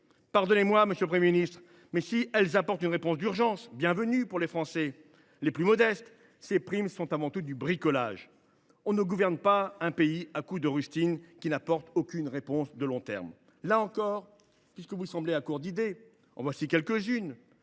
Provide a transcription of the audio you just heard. Pardonnez moi, monsieur le Premier ministre, mais si ces primes apportent une réponse d’urgence bienvenue pour les Français les plus modestes, elles relèvent avant tout du bricolage ! On ne gouverne pas un pays à coups de rustines qui n’apportent aucune réponse de long terme. Là encore, puisque vous semblez à court d’idées, en voici quelques unes